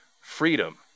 freedom